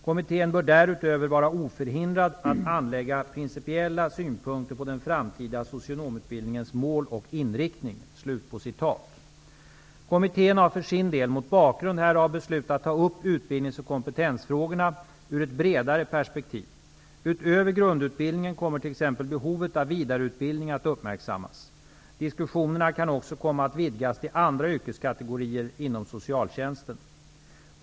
Kommittén bör därutöver vara oförhindrad att anlägga principiella synpunkter på den framtida socionomutbildningens innehåll och inriktning.'' Kommittén har för sin del mot bakgrund härav beslutat att ta upp utbildnings och kompetensfrågorna ur ett bredare perspektiv. Utöver grundutbildningen kommer t.ex. behovet av vidareutbildning att uppmärksammas. Diskussionerna kan också komma att vidgas till andra yrkeskategorier inom socialtjänsten.